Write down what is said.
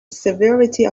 severity